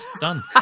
done